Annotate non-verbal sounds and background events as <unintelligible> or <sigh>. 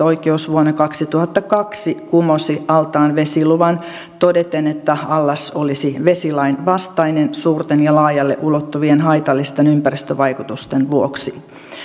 <unintelligible> oikeus vuonna kaksituhattakaksi kumosi altaan vesiluvan todeten että allas olisi vesilain vastainen suurten ja laajalle ulottuvien haitallisten ympäristövaikutusten vuoksi